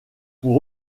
pour